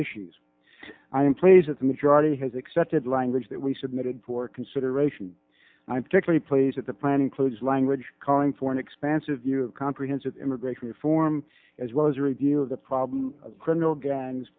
issues i am plays that the majority has accepted language that we submitted for consideration i'm particularly pleased that the plan includes language calling for an expansive view comprehensive immigration reform as well as a review of the problem criminal gangs